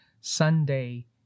Sunday